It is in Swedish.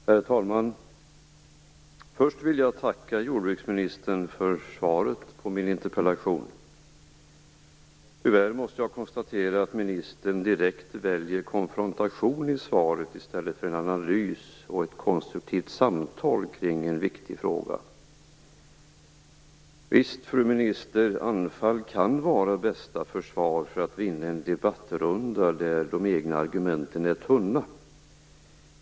Herr talman! Först vill jag tacka jordbruksministern för svaret på min interpellation. Tyvärr måste jag konstatera att ministern väljer konfrontation i svaret i stället för en analys och ett konstruktivt samtal kring en viktig fråga. Visst, fru minister, anfall kan vara bästa försvar för att vinna en debattrunda där de egna argumenten är tunna.